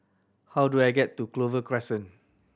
how do I get to Clover Crescent